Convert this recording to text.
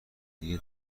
دیگه